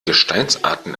gesteinsarten